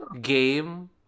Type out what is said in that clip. game